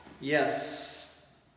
Yes